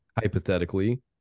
hypothetically